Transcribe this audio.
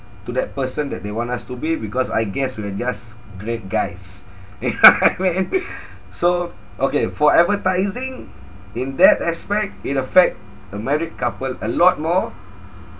to that person that they want us to be because I guess we are just great guys you know what I mean so okay for advertising in that aspect it affect a married couple a lot more